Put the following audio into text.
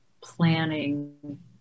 planning